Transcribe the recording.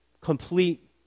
complete